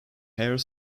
hare